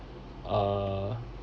uh